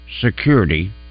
Security